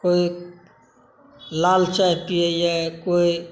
कोइ लाल चाय पियैया कोइ